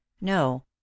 No